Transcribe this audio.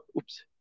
Oops